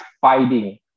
fighting